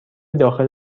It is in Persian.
داخل